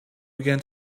began